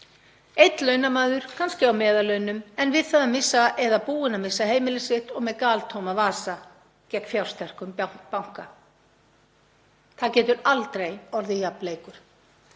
einn launamaður, kannski á meðallaunum, við það að missa eða búinn að missa heimili sitt og með galtóma vasa, gegn fjársterkum banka. Það getur aldrei orðið jafn leikur.